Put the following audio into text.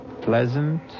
pleasant